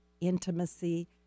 intimacy